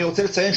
אני רוצה לציין,